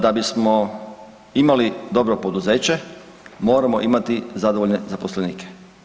Da bismo imali dobro poduzeće moramo imati zadovoljne zaposlenike.